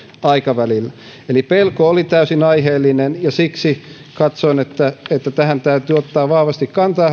aikavälillä eli pelko oli täysin aiheellinen ja siksi hallintoneuvosto katsoi että tähän täytyy ottaa vahvasti kantaa